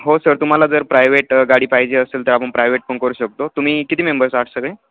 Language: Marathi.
हो सर तुम्हाला जर प्रायवेट गाडी पाहिजे असेल तर आपण प्रायवेट पण करू शकतो तुम्ही किती मेंबर्स आहात सगळे